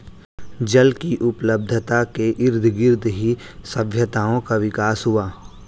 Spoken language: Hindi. जल की उपलब्धता के इर्दगिर्द ही सभ्यताओं का विकास हुआ